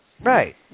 Right